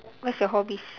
what's your hobbies